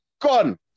gone